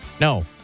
No